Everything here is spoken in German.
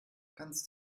kannst